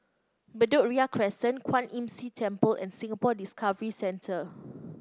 Bedok Ria Crescent Kwan Imm See Temple and Singapore Discovery Centre